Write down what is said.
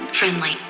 Friendly